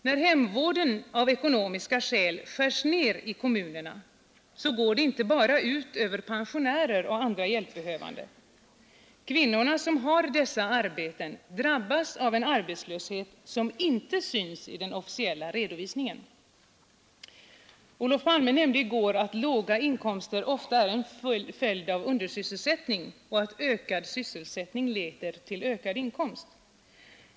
När hemvården av ekonomiska skäl skärs ned i kommunerna går det inte bara ut över pensionärer och andra hjälpbehövande. De kvinnor som har dessa arbeten drabbas av en arbetslöshet som inte syns i den officiella redovisningen. Olof Palme nämnde i går att låga inkomster ofta är en följd av undersysselsättning och att ökad sysselsättning leder till ökad inkomst.